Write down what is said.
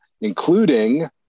including